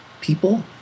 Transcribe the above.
people